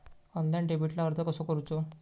Online डेबिटला अर्ज कसो करूचो?